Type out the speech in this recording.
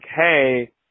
hey